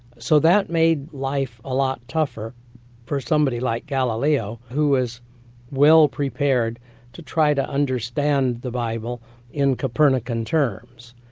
so that made life a lot tougher for somebody like galileo who was well prepared to try to understand the bible in copernican terms.